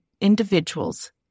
individuals